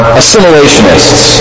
assimilationists